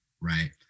right